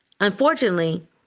Unfortunately